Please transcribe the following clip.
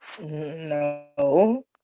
No